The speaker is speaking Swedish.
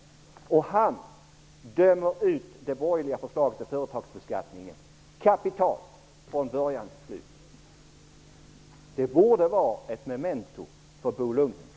Han dömer kapitalt ut det borgerliga förslaget om företagsbeskattning, från början till slut. Det borde vara ett memento för Bo Lundgren.